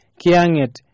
kianget